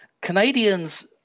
canadians